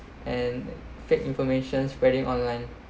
and fake information spreading online